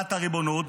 החלת הריבונות.